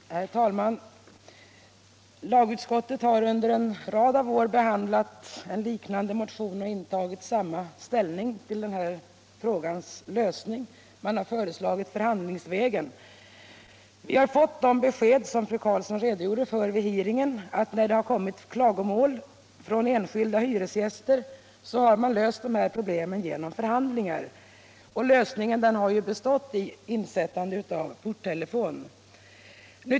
Herr talman! Lagutskottet har under en rad av år behandlat en liknande motion och intagit samma ställning till frågans lösning: man har föreslagit förhandlingsvägen. Vi har fått de besked som fru Karlsson redogjorde för vid hearingen att när det har kommit klagomål från enskilda hyresgäster har man löst problemen genom förhandlingar. Lösningen har ju bestått i insättande av porttelefon.